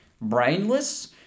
brainless